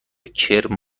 کرم